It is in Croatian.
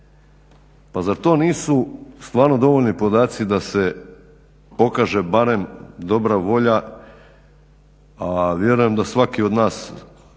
Pa zar to nisu stvarno dovoljni podaci da se pokaže barem dobra volja, a vjerujem da svaki od nas